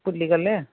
କୁଲି ଗଲେ